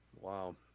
Wow